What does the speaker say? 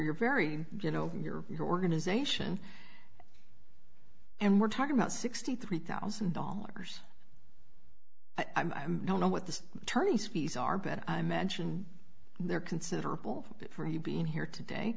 your very you know your organization and we're talking about sixty three thousand dollars i'm don't know what the attorney's fees are but i mention they're considerable for you being here today